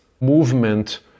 movement